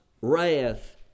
wrath